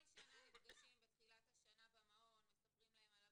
כל שנה נפגשים בתחילת השנה במעון מספרים להם על הבטיחות,